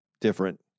different